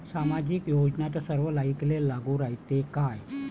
सामाजिक योजना सर्वाईले लागू रायते काय?